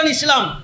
Islam